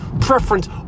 preference